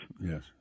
Yes